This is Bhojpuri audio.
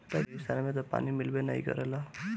रेगिस्तान में तअ पानी मिलबे नाइ करेला